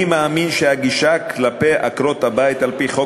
אני מאמין שהגישה כלפי עקרות-הבית על-פי חוק